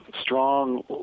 strong